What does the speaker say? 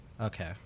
Okay